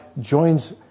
joins